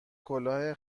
کلاه